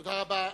תודה רבה.